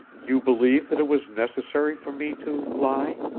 you believe that it was necessary for me to lie?